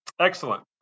Excellent